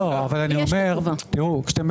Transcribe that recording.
זה בסדר שאתם מבקרים, אבל כשאתם מבקרים